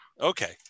okay